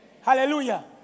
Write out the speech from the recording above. Hallelujah